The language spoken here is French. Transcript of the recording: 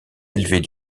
élevée